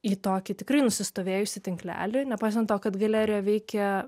į tokį tikrai nusistovėjusį tinklelį nepaisant to kad galerija veikia